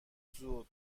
زود